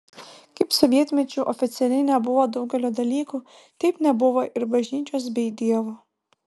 kaip sovietmečiu oficialiai nebuvo daugelio dalykų taip nebuvo ir bažnyčios bei dievo